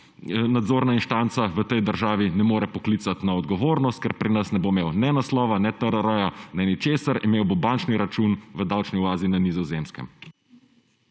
nadzorna inštanca v tej državi ne more poklicat na odgovornost, ker pri nas ne bo imel ne naslova, ne TRR-ja, ne ničesar, imel bo bančni račun v bančni oazi na Nizozemskem.